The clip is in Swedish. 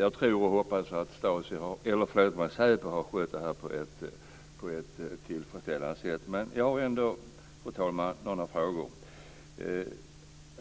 Jag tror och hoppas att SÄPO har skött det här på ett tillfredsställande sätt, men jag har ändå, fru talman, några frågor.